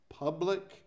public